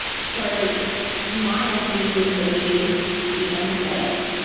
so my messages would be be empathetic.